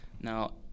now